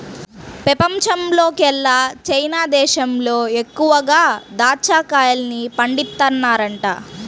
పెపంచంలోకెల్లా చైనా దేశంలో ఎక్కువగా దాచ్చా కాయల్ని పండిత్తన్నారంట